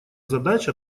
задач